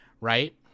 Right